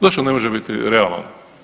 Zašto ne može biti realan?